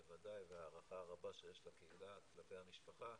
בוודאי, וההערכה הרבה שיש לקהילה כלפי המשפחה.